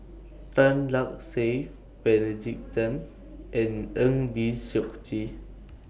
Tan Lark Sye Benedict Tan and Eng Lee Seok Chee